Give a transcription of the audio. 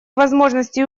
возможностей